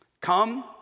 Come